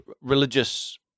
religious